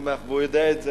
הוא יודע את זה,